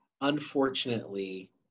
unfortunately